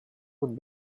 would